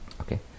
Okay